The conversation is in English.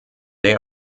they